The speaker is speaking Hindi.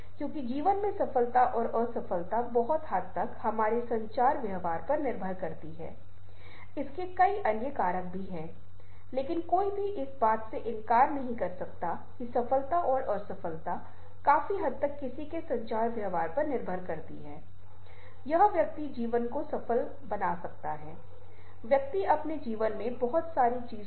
दूसरी तरफ अगर हमारे पास केवल शब्द हैं तो मृत्यु के संचार का तत्व और यह उसके लिए कितना निराशाजनक है या जिसके परिणामस्वरूप उसकी पत्नी की हत्या हुई है ये प्रतिबिंबित नहीं होंगे